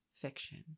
fiction